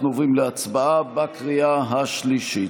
אנחנו עוברים להצבעה בקריאה השלישית.